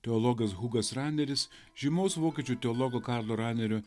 teologas hugas raneris žymaus vokiečių teologo karlo ranerio